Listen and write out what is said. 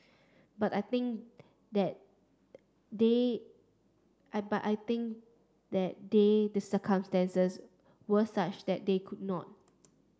but I think that day I but I think that day the circumstances were such that they could not